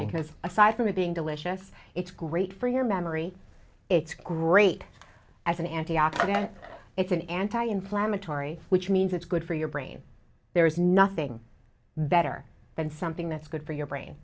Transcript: because aside from it being delicious it's great for your memory it's great as an antioxidant and it's an anti inflammatory which means it's good for your brain there is nothing better than something that's good for your brain